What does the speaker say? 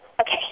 Okay